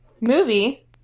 Movie